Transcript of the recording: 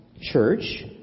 church